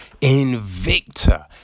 Invicta